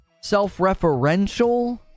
self-referential